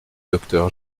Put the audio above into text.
docteur